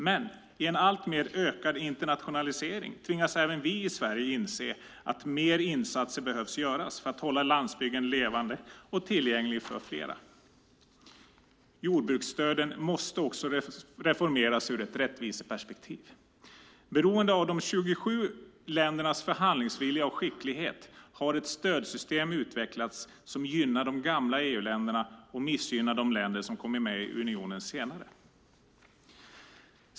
Men i en alltmer ökad internationalisering tvingas även vi i Sverige att inse att mer insatser behöver göras för att hålla landsbygden levande och tillgänglig för flera. Jordbruksstöden måste också reformeras ur ett rättviseperspektiv. Beroende av de olika 27 ländernas förhandlingsvilja och skicklighet har ett stödsystem utvecklats som gynnar de gamla EU-länderna och missgynnar de länder som kommit med i unionen senare.